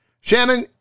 Shannon